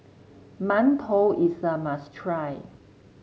mantou is a must try